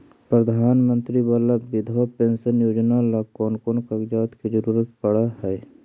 प्रधानमंत्री बाला बिधवा पेंसन योजना ल कोन कोन कागज के जरुरत पड़ है?